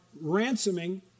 ransoming